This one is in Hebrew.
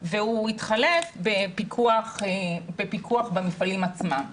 והוא התחלף בפיקוח במפעלים עצמם.